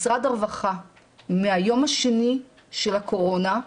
מהיום השני של הקורונה,